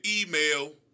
email